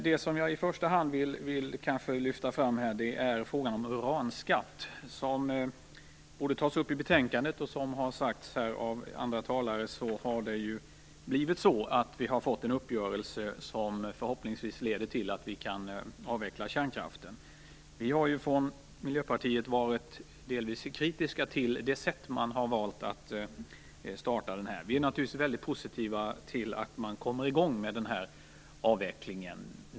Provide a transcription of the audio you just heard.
Det som jag här i första hand vill lyfta fram är frågan om uranskatt, som tas upp i betänkandet. Som har sagts av andra talare har vi ju fått en uppgörelse som förhoppningsvis leder till att vi kan avveckla kärnkraften. Vi har från Miljöpartiet delvis varit kritiska till det sätt som man har valt att starta avvecklingen på, men vi är naturligtvis väldigt positiva till att man kommer i gång med avvecklingen.